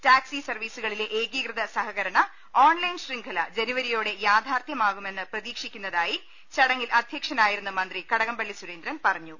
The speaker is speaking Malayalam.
ടാക്സി സർവ്വീസുകളിലെ ഏകീകൃത സഹകരണ ഓൺലൈൻ ശൃംഖല ജനുവരിയോടെ യാഥാർത്ഥ്യമാകുമെന്ന് പ്രതീക്ഷിക്കുന്നതായി ചടങ്ങിൽ അധ്യക്ഷനായിരുന്ന മന്ത്രി കട കംപള്ളി സുരേന്ദ്രൻ പറഞ്ഞു